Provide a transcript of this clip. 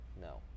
no